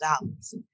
dollars